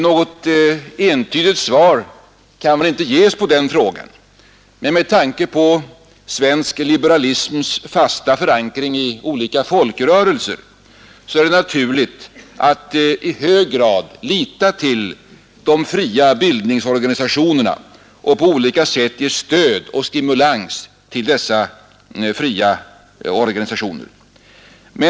Något entydigt svar kan väl inte ges på den frågan, men med tanke på svensk liberalisms fasta förankring i olika folkrörelser är det naturligt att i hög grad lita till de fria bildningsorganisationerna och på olika sätt ge stöd och stimulans till dessa fria organisationer.